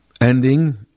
ending